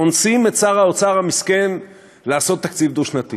אונסים את שר האוצר המסכן לעשות תקציב דו-שנתי.